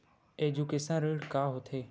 Education ऋण का होथे?